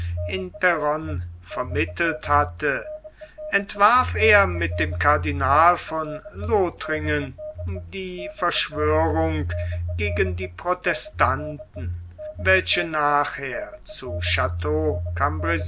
in peronne vermittelt hatte entwarf er mit dem cardinal von lothringen die verschwörung gegen die protestanten welche nachher zu